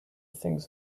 things